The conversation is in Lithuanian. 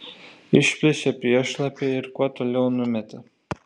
išplėšė priešlapį ir kuo toliau numetė